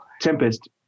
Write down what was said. Tempest